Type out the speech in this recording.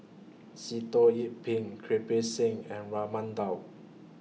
Sitoh Yih Pin Kirpal Singh and Raman Daud